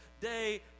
day